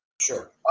Sure